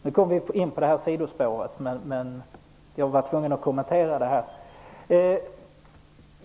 Nu kom jag in på sidospåret igen, men jag var tvungen att kommentera detta.